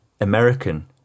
American